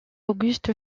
auguste